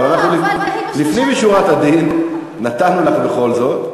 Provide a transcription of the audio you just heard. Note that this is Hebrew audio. אבל לפנים משורת הדין נתנו לך בכל זאת.